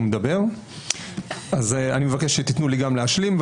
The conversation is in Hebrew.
מדבר ואני מבקש שתתנו לי להשלים את דבריי.